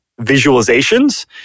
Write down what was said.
visualizations